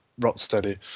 Rotsteady